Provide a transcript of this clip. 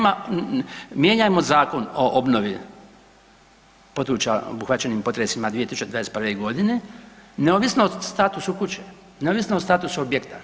Mijenjajmo Zakon o obnovi područja obuhvaćenih potresima 2021. godine neovisno o statusu kuće, neovisno o statusu objekta.